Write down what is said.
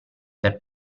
per